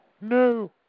no